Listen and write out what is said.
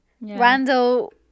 randall